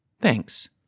thanks